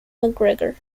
mcgregor